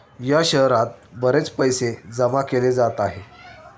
या शहरात बरेच पैसे जमा केले जात आहे